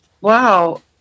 Wow